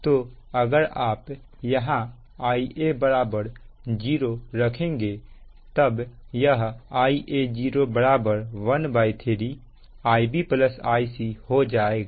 तो अगर आप यहां Ia 0 रखेंगे तब यह Ia0 13 Ib Ic हो जाएगा